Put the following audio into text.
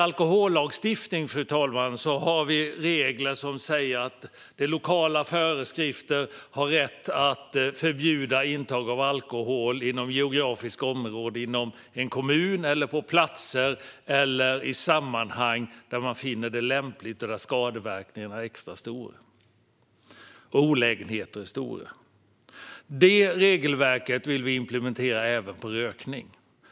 I alkohollagstiftningen finns det regler som säger att man genom lokala föreskrifter har rätt att förbjuda intag av alkohol inom geografiska områden i en kommun och på platser eller i sammanhang där man finner det lämpligt och där skadeverkningarna och olägenheterna är extra stora. Det regelverket vill vi implementera även på rökning.